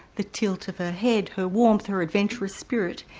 the tilt of her head, her warmth, her adventurous spirit,